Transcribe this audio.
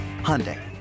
Hyundai